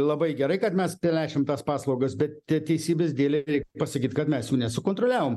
labai gerai kad mes plečiam tas paslaugas bet teisybės dėlei reik pasakyt kad mes jų nesukontroliavom